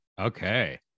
Okay